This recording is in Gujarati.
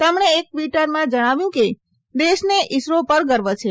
તેમણે એક ટવીટમાં જણાવ્યું કે દેશને ઈસરો પર ગર્વ છે